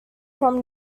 from